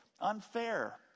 unfair